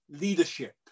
leadership